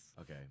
Okay